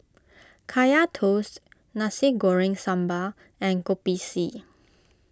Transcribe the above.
Kaya Toast Nasi Goreng Sambal and Kopi C